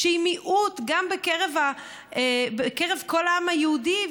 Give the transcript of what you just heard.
שהיא מיעוט גם בקרב כל העם היהודי,